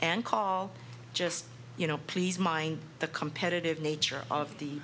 and call just you know please mind the competitive nature of the